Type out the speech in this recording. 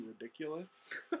ridiculous